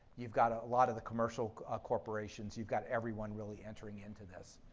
you've got a lot of the commercial ah corporations, you've got everyone really entering into this.